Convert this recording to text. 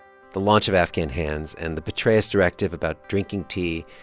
the launch of afghan hands and the petraeus directive about drinking tea,